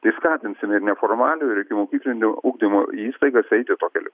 tai skatinsime neformaliojo ir ikimokyklinio ugdymo įstaigas eiti tuo keliu